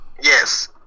Yes